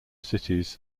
cities